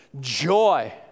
Joy